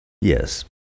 Yes